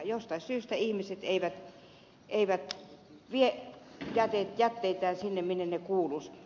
jostain syystä ihmiset eivät vie jätteitään sinne minne ne kuuluisivat